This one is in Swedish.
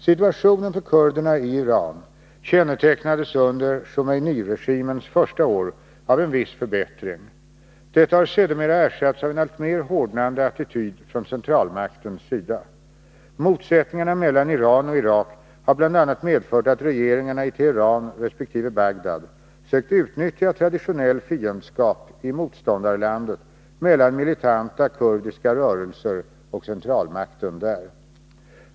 Situationen för kurderna i Iran kännetecknades under Khomeiniregimens första år av en viss förbättring. Detta har sedermera ersatts av en alltmer hårdnande attityd från centralmaktens sida. Motsättningarna mellan Iran och Irak har bl.a. medfört att regeringarna i Teheran resp. Bagdad sökt utnyttja traditionell fiendskap i motståndarlandet mellan militanta kurdiska rörelser och centralmakten där.